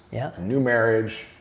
yeah new marriage.